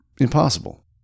impossible